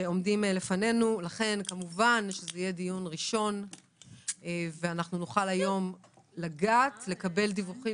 זה יהיה דיון ראשון בו נקבל דיווחים